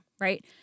right